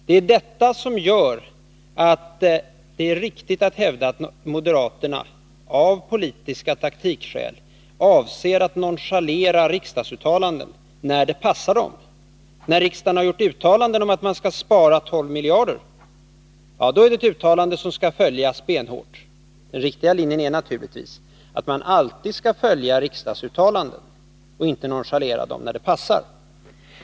Det är detta som gör det riktigt att hävda att moderaterna av politiska taktikskäl avser att nonchalera riksdagsuttalanden när det passar dem. Men när riksdagen har gjort ett uttalande om att man skall spara 12 miljarder, då är det ett uttalande som skall följas benhårt. Den riktiga linjen är naturligtvis att man alltid skall följa riksdagsuttalanden och inte nonchalera dem när det passar.